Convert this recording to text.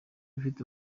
ufite